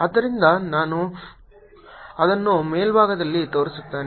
ಆದ್ದರಿಂದ ನಾನು ಅದನ್ನು ಮೇಲ್ಭಾಗದಲ್ಲಿ ತೋರಿಸುತ್ತೇನೆ